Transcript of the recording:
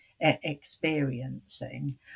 experiencing